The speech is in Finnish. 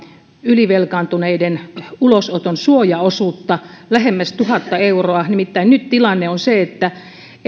ylivelkaantuneiden ulosoton suojaosuutta lähemmäs tuhatta euroa nimittäin nyt tilanne on se että